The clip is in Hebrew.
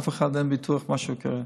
לאף אחד אין ביטוח על מה שיקרה.